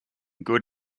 good